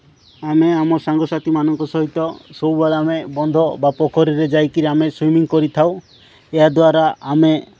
ଆମେ ଆମ ସାଙ୍ଗସାଥିମାନଙ୍କ ସହିତ ସବୁବେଳେ ଆମେ ବନ୍ଧ ବା ପୋଖରୀରେ ଯାଇକରି ଆମେ ସୁଇମିଂ କରିଥାଉ ଏହା ଦ୍ୱାରା ଆମେ